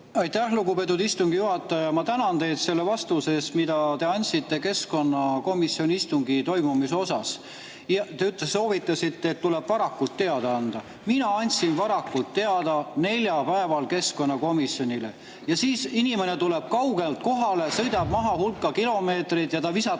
Aitäh, lugupeetud istungi juhataja! Ma tänan teid selle vastuse eest, mille te andsite keskkonnakomisjoni istungi toimumise kohta. Te soovitasite, et tuleb varakult teada anda. Mina andsin varakult teada, neljapäeval, keskkonnakomisjonile. Ja siis tuleb inimene kaugelt kohale, sõidab maha hulga kilomeetreid ja ta visatakse